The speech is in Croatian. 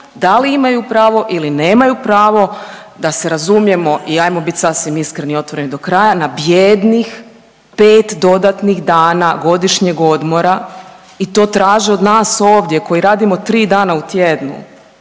da li imaju pravo ili nemaju pravo da se razumijemo i ajmo bit sasvim iskreni i otvoreni do kraja, na bijednih pet dodatnih dana godišnjeg odmora i to traže od nas ovdje koji radimo tri dana u tjednu.